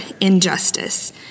injustice